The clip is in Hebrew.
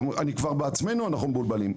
כבר בעצמנו אנחנו מבולבלים.